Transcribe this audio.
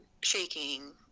shaking